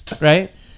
right